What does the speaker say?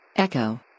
Echo